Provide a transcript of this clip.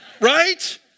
Right